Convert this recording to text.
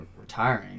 retiring